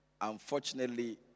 unfortunately